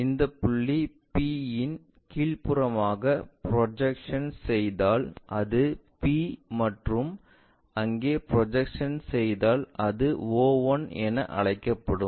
இந்த புள்ளி P இன் கீழ்ப்புறமாக ப்ரொஜெக்ஷன்ஸ் செய்தாள் அது P மற்றும் அங்கே ப்ரொஜெக்ஷன்ஸ் செய்தாள் அது o1 என அழைக்கப்படும்